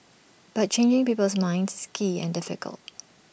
but changing people's minds is key and difficult